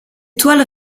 toiles